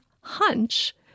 hunch